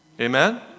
Amen